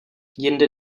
jindy